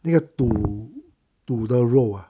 那个肚肚的肉啊